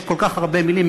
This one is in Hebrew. יש כל כך הרבה מילים.